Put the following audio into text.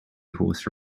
horse